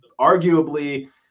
arguably –